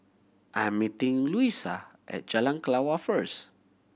I'm meeting Luisa at Jalan Kelawar first